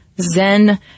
zen